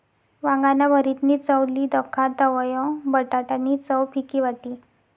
वांगाना भरीतनी चव ली दखा तवयं बटाटा नी चव फिकी वाटी